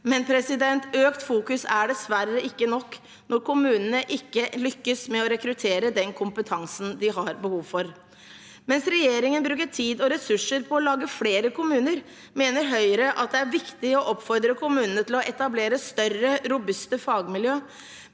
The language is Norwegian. Men økt fokus er dessverre ikke nok når kommunene ikke lykkes med å rekruttere den kompetansen de har behov for. Mens regjeringen bruker tid og ressurser på å lage flere kommuner, mener Høyre det er viktig å oppfordre kommunene til å etablere større, robuste fagmiljø